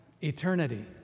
eternity